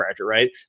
right